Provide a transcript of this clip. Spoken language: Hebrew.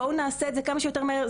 בואו נעשה את זה כמה שיותר מהר,